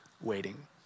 waiting